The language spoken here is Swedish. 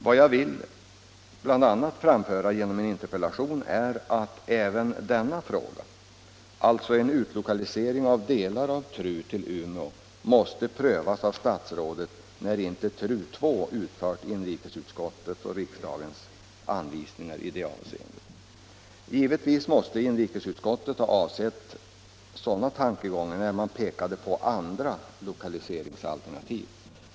Vad jag bl.a. vill framföra genom min interpellation är att även denna fråga — alltså en utlokalisering av delar av TRU till Umeå — måste prövas av statsrådet när inte TRU II utfört inrikesutskottets och riksdagens anvisningar i det avseendet. Givetvis måste inrikesutskottet ha avsett sådana tankegångar när man pekade på andra lokaliseringsalternativ.